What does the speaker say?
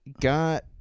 got